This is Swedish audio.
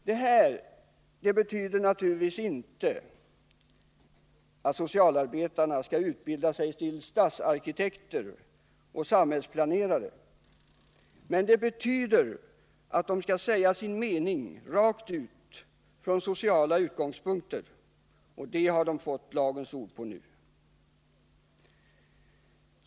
Detta betyder naturligtvis inte att socialarbetarna skall utbilda sig till stadsarkitekter och samhällsplanerare, men det betyder att de skall säga sin mening rakt ut, från sociala utgångspunkter. Det kommer de nu att få lagens ord på.